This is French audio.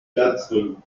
quatre